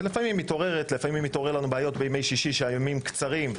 ולפעמים מתעוררות בעיות בימי שישי וכשהימים קצרים,